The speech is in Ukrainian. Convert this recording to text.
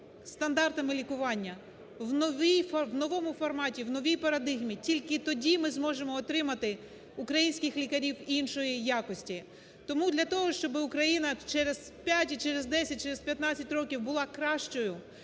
стандартами лікування в новому форматі, в новій парадигмі, тільки тоді ми зможемо отримати українських лікарів іншої якості. Тому для того, щоб Україна через 5 і через 10, і через 15 років була кращою,